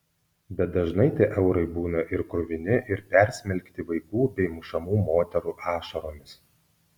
bet dažnai tie eurai būna ir kruvini ir persmelkti vaikų bei mušamų moterų ašaromis